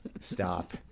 stop